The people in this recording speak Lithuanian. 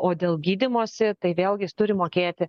o dėl gydymosi tai vėlgi jis turi mokėti